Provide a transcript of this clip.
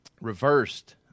Reversed